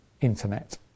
internet